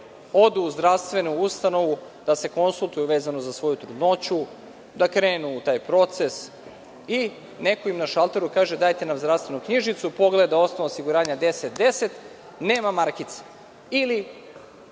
odu u zdravstvenu ustanovu da se konsultuju vezano za svoju trudnoću, da krenu u taj proces i neko im na šalteru kaže – dajte nam zdravstvenu knjižicu, pogleda osnov osiguranja 1010, nema markice. Ili,